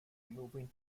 moving